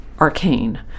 arcane